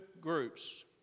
groups